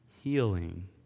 healing